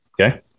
Okay